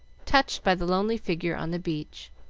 touched by the lonely figure on the beach.